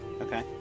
Okay